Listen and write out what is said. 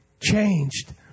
changed